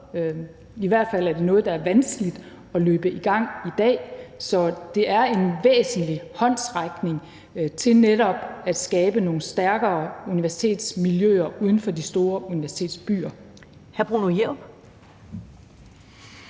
I hvert fald er det noget, der er vanskeligt at løbe i gang i dag. Så det er en væsentlig håndsrækning til netop at skabe nogle stærkere universitetsmiljøer uden for de store universitetsbyer.